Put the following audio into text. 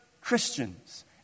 Christians